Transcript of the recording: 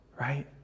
right